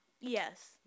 Yes